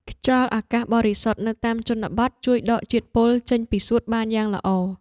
ខ្យល់អាកាសបរិសុទ្ធនៅតាមជនបទជួយដកជាតិពុលចេញពីសួតបានយ៉ាងល្អ។